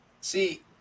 See